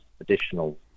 additional